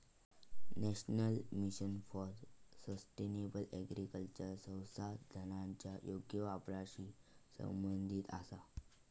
national mission for sustainable agriculture संसाधनांच्या योग्य वापराशी संबंधित आसा